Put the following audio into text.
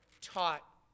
taught